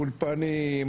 אולפנים,